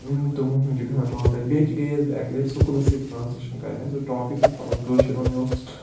تِمَن ہُنٛد چھِ گژھان ٹرٛانسلیٹ بیٚیہِ گٔیٚیس بہٕ اَکہِ لَٹہِ سکوٗلَس سۭتۍ ٹرٛانسلیشَن کَرنہِ اَسہِ اوس ٹاپِک اَکھ پَرُن کٲشِر مےٚ اوس